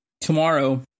tomorrow